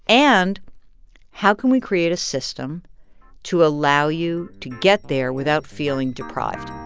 and how can we create a system to allow you to get there without feeling deprived?